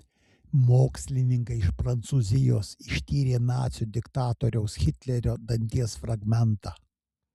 mokslininkai iš prancūzijos ištyrė nacių diktatoriaus hitlerio danties fragmentą